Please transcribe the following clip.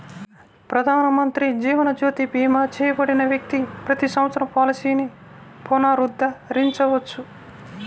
ప్రధానమంత్రి జీవన్ జ్యోతి భీమా చేయబడిన వ్యక్తి ప్రతి సంవత్సరం పాలసీని పునరుద్ధరించవచ్చు